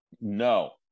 No